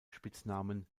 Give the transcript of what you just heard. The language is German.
spitznamen